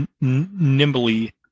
nimbly